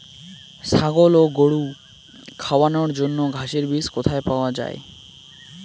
ছাগল ও গরু খাওয়ানোর জন্য ঘাসের বীজ কোথায় পাওয়া যায়?